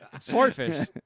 Swordfish